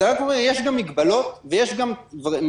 אז אני אומר שיש גם מגבלות ויש גם זמנים